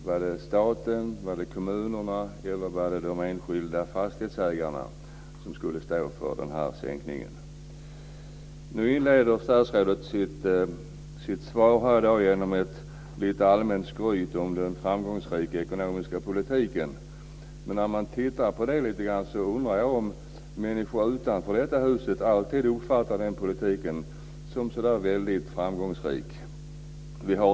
Var det staten, kommunerna eller de enskilda fastighetsägarna som skulle stå för sänkningen? Nu inleder statsrådet sitt svar med lite allmänt skryt om den framgångsrika ekonomiska politiken. Jag undrar om människor utanför detta hus alltid uppfattar den politiken som så väldigt framgångsrik.